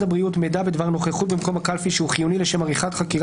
הבריאות מידע בדבר נוכחות במקום הקלפי שהוא חיוני לשם עריכת חקירה